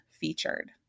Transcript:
featured